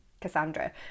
Cassandra